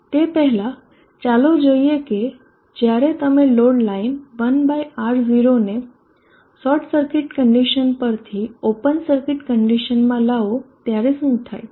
તે પહેલાં ચાલો જોઈએ કે જ્યારે તમે લોડ લાઇન 1 R0ને શોર્ટ સર્કિટ કન્ડીશન પર થી ઓપન સર્કિટ કન્ડીશનમાં લાવો ત્યારે શું થાય છે